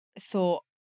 thought